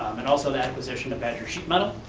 and also the acquisition to badger sheet metal.